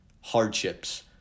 hardships